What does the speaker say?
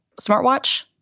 smartwatch